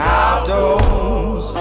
outdoors